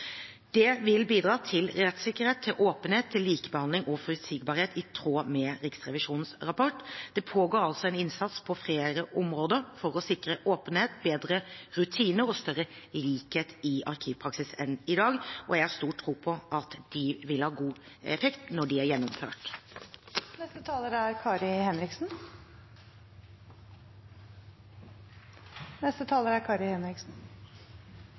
Det vil bidra til rettssikkerhet, åpenhet, likebehandling og forutsigbarhet, i tråd med Riksrevisjonens rapport. Det pågår altså en innsats på flere områder for å sikre åpenhet, bedre rutiner og større likhet i arkivpraksis enn i dag, og jeg har stor tro på at de vil ha god effekt når de er gjennomført. Takk til statsråden for svaret, som var en opplisting av det som gjøres. Det er